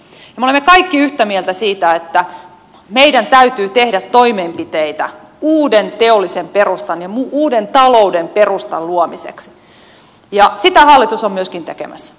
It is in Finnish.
me olemme kaikki yhtä mieltä siitä että meidän täytyy tehdä toimenpiteitä uuden teollisen perustan ja uuden talouden perustan luomiseksi ja sitä hallitus on myöskin tekemässä